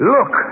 Look